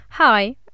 Hi